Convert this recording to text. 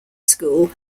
school